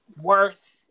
worth